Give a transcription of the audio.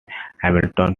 hamilton